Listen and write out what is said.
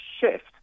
shift